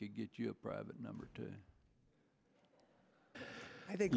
could get you a private number to i think